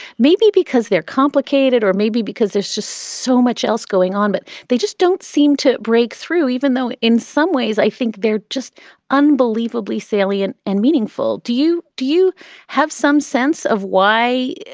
maybe because they're complicated or maybe because there's just so much else going on, but they just don't seem to break through, even though in some ways i think they're just unbelievably salient and meaningful. do you do you have some sense of why